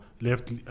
left